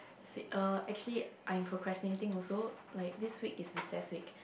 f~(uh) actually I'm procrastinating also like this week is recess week